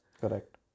Correct